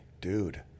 Dude